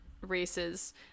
races